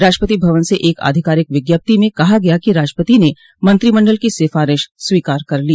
राष्ट्रपति भवन से एक आधिकारिक विज्ञप्ति में कहा गया कि राष्ट्रपति ने मंत्रिमंडल की सिफ़ारिश स्वीकार कर ली